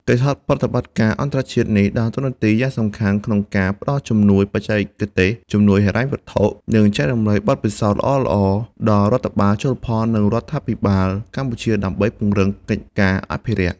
កិច្ចសហប្រតិបត្តិការអន្តរជាតិនេះដើរតួនាទីយ៉ាងសំខាន់ក្នុងការផ្តល់ជំនួយបច្ចេកទេស ជំនួយហិរញ្ញវត្ថុ និងចែករំលែកបទពិសោធន៍ល្អៗដល់រដ្ឋបាលជលផល និងរដ្ឋាភិបាលកម្ពុជាដើម្បីពង្រឹងកិច្ចការអភិរក្ស។